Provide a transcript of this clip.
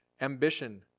ambition